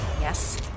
yes